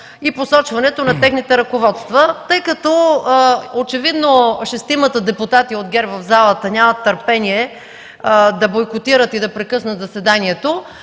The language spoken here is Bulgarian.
и посочването на техните ръководства. Тъй като очевидно шестимата депутати от ГЕРБ в залата нямат търпение да бойкотират и да прекъснат заседанието,